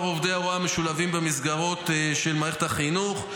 עובדי הוראה שמשולבים במסגרות של מערכת החינוך.